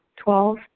Twelve